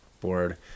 board